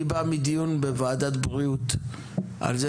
אני בא מדיון בוועדת בריאות על זה